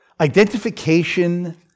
identification